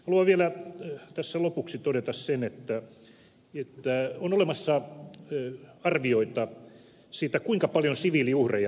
haluan vielä tässä lopuksi todeta sen että on olemassa arvioita siitä kuinka paljon siviiliuhreja tämä sota on vaatinut